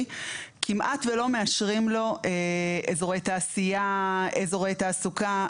כמעט ולא מאשרים לו אזורי תעשייה ואזורי תעסוקה,